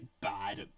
bad